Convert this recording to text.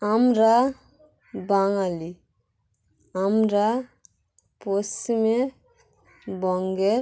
আমরা বাঙালি আমরা পশ্চিম বঙ্গে